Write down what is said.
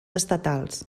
estatals